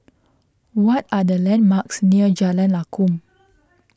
what are the landmarks near Jalan Lakum